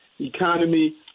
economy